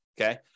Okay